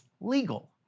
legal